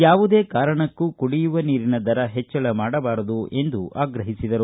ಯಾವುದೇ ಕಾರಣಕ್ಕೂ ಕುಡಿಯುವ ನೀರಿನ ದರ ಹೆಚ್ಚಳ ಮಾಡಬಾರದು ಎಂದು ಆಗ್ರಹಿಸಿದರು